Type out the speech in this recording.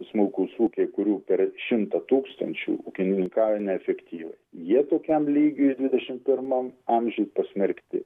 smulkūs ūkiai kurių per šimtą tūkstančių ūkininkauja neefektyviai jie tokiam lygiui dvidešimt pirmam amžiuj pasmerkti